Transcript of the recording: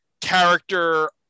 character